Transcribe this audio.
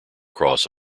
cross